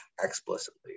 explicitly